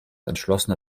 entschlossene